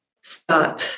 stop